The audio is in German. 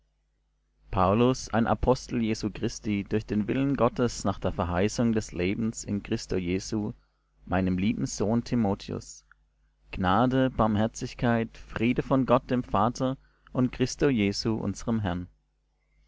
paulus ein apostel jesu christi durch den willen gottes nach der verheißung des lebens in christo jesu meinem lieben sohn timotheus gnade barmherzigkeit friede von gott dem vater und christo jesu unserm herrn